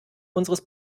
unseres